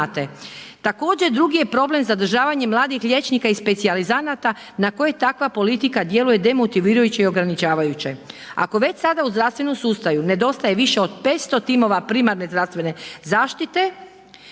Također drugi je problem zadržavanje mladih liječnika i specijalizanata na koje takva politika djeluje demotivirajuće i ograničavajuće. Ako već sada u zdravstvenom sustavu nedostaje više od 500 timova primarne zdravstvene zaštite,